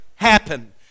happen